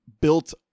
built